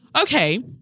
Okay